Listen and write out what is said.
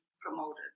Promoted